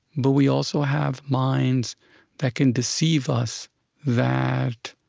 but we also have minds that can deceive us that